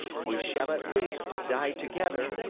we shall at least die together.